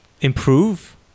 improve